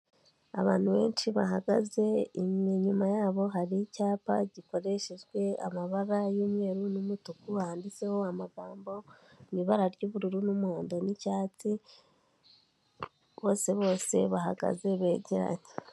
Abantu benshi bahagaze, inyuma yabo hari icyapa gikoreshejwe amabara y'umweru n'umutuku, handitseho amagambo mu ibara ry'ubururu n'umuhondo n'icyatsi, bose bose bahagaze begeranye.